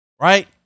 right